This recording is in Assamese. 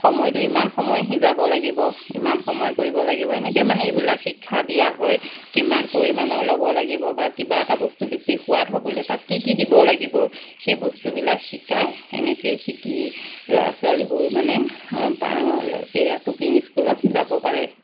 সময়টো ইমান সময় সিজাব লাগিব ইমান সময় কৰিব লাগিব এনেকৈ মানে এইবিলাক শিক্ষা দিয়া হয় কিমান পৰিমাণৰ ল'ব লাগিব বা কিবা এটা বস্তু বেছি সোৱাদ হ'বলৈ তাত কি কি দিব লাগিব সেই বস্তুবিলাক শিকায় এনেকেই শিকি ল'ৰা ছোৱালীবোৰ মানে এয়া কুকিং স্কুলত যাব পাৰে